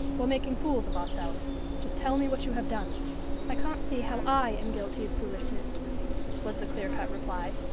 we're making fools of ourselves. just tell me what you have done i can't see how i am guilty of foolishness was the clear-cut reply.